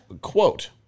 quote